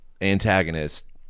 Antagonist